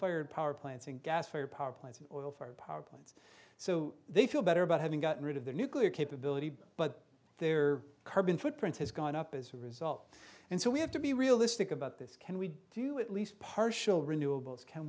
fired power plants and gas fired power plants oil fired power plants so they feel better about having gotten rid of their nuclear capability but their carbon footprint has gone up as a result and so we have to be realistic about this can we do at least partial renewables can